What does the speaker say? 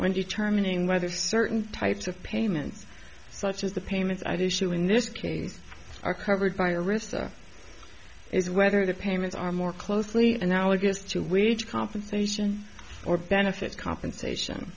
when determining whether certain types of payments such as the payments i do show in this case are covered by arista is whether the payments are more closely analogous to wage compensation or benefits compensation